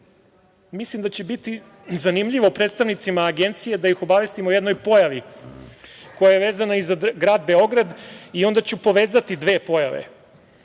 Đilas. Mislim da će biti zanimljivo predstavnicima Agencije da ih obavestim o jednoj pojavi koja je vezana i za grad Beograd i onda ću povezati dve pojave,